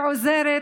שעוזרת,